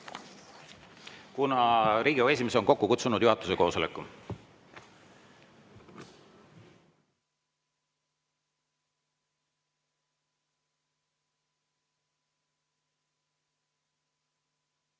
kuna Riigikogu esimees on kokku kutsunud juhatuse koosoleku.V